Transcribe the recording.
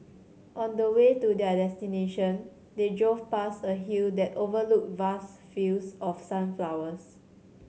on the way to their destination they drove past a hill that overlooked vast fields of sunflowers